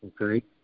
okay